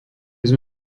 sme